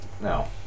No